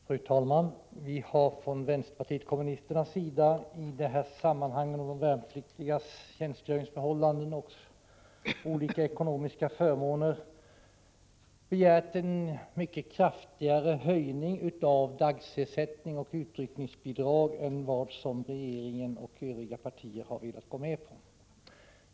Fru talman! Vi har från vänsterpartiet kommunisternas sida när det gäller de värnpliktigas olika ekonomiska förmåner begärt en mycket kraftigare höjning av dagersättning och utryckningsbidrag än vad den socialdemokratiska regeringen och de borgerliga partierna velat gå med på.